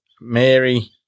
Mary